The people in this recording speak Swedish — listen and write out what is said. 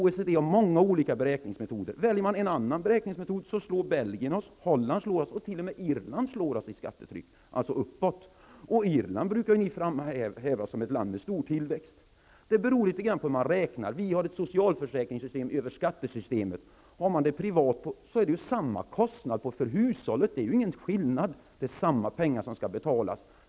OECD har många olika beräkningsmetoder. Om man väljer en annan beräkningsmetod, slår t.ex. Belgien, Holland och t.o.m. Irland oss när det gäller högt skattetryck. Och Irland brukar ju moderaterna framhäva som ett land med stor tillväxt. Detta beror alltså litet grand på hur man räknar. Vi har ett socialförsäkringssystem som finansieras via skattesystemet. Om man har det privat är ju kostnaderna desamma för hushållen. Det är ingen skillnad, det är ju samma pengar som skall betalas.